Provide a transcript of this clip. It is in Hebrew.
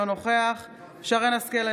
אינו נוכח שרן מרים השכל,